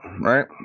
right